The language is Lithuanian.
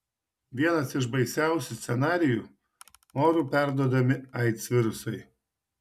vienas iš baisiausių scenarijų oru perduodami aids virusai